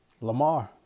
Lamar